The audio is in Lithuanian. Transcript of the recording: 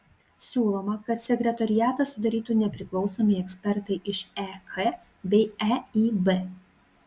siūloma kad sekretoriatą sudarytų nepriklausomi ekspertai iš ek bei eib